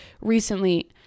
recently